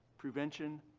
prevention,